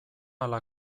ala